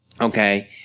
Okay